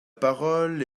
parole